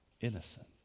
innocent